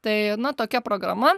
tai na tokia programa